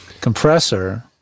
compressor